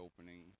opening